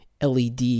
led